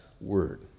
word